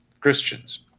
Christians